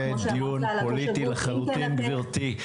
זה דיון פוליטי לחלוטין גברתי.